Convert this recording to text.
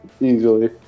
Easily